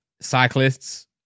cyclists